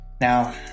Now